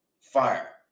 Fire